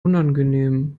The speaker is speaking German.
unangenehm